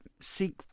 seek